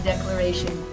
Declaration